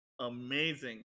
amazing